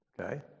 Okay